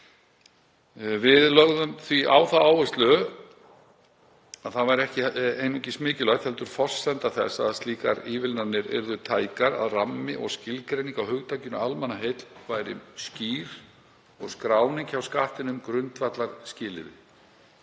Við lögðum því á það áherslu að ekki væri einungis mikilvægt heldur forsenda þess að slíkar ívilnanir yrðu tækar, að rammi og skilgreining á hugtakinu almannaheill væri skýr og skráning hjá Skattinum grundvallarskilyrði.